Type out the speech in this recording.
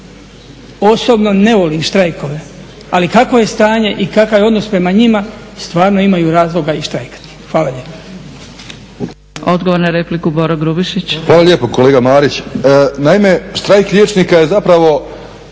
Osobno ne volim štrajkove, ali kakvo je stanje i kakav je odnos prema njima, stvarno imaju razloga i štrajkati. Hvala. **Zgrebec, Dragica (SDP)** Odgovor na repliku Boro Grubišić. **Grubišić, Boro (HDSSB)** Hvala lijepo kolega Marić. Naime, štrajk liječnika je zapravo,